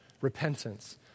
repentance